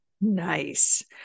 Nice